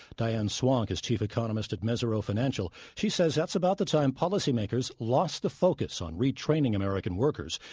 diane swonk is chief economist at mesirow financial. she says that's about the time policy makers lost the focus on retraining american workers,